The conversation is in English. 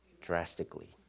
drastically